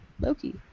Loki